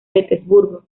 petersburgo